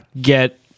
get